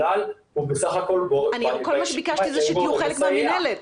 כל מה שביקשתי זה שתהיו חלק מהמינהלת.